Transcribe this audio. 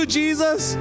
jesus